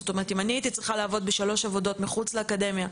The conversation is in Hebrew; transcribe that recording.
אם אני הייתי צריכה לעבוד בשלוש עבודות מחוץ לאקדמיה,